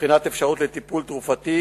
ובחינת אפשרות לטיפול תרופתי,